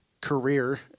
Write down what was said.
career